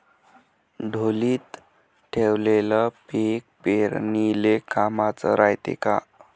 ढोलीत ठेवलेलं पीक पेरनीले कामाचं रायते का?